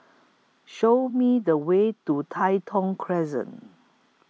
Show Me The Way to Tai Thong Crescent